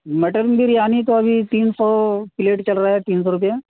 mutton biryani تو ابھی تین سو پلیٹ چل رہا ہے تین سو روپے